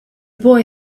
boy